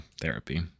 therapy